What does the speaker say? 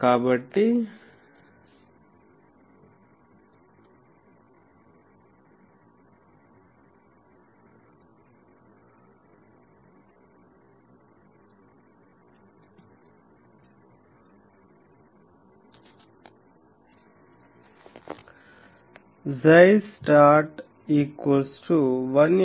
కాబట్టి 𝝌start 181